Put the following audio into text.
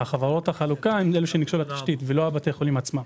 חברות החלוקה הן אלה שניגשו לתשתית ולא בתי החולים עצמם.